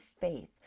faith